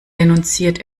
denunziert